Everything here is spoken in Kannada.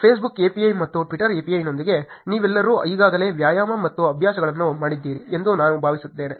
Facebook API ಮತ್ತು twitter API ನೊಂದಿಗೆ ನೀವೆಲ್ಲರೂ ಈಗಾಗಲೇ ವ್ಯಾಯಾಮ ಮತ್ತು ಅಭ್ಯಾಸಗಳನ್ನು ಮಾಡಿದ್ದೀರಿ ಎಂದು ನಾನು ಭಾವಿಸುತ್ತೇನೆ